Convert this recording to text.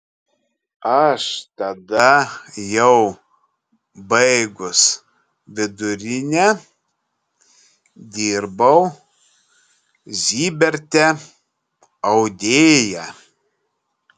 aš tada jau baigus vidurinę dirbau ziberte audėja